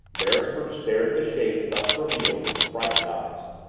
beresford stared at the shape thus revealed with frightened eyes.